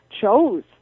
chose